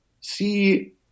see